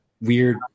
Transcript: weird